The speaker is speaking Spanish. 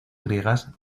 griegas